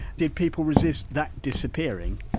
did people resist that disappearing?